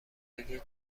دیگه